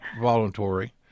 voluntary